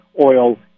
oil